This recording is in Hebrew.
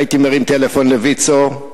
הייתי מרים טלפון לויצו.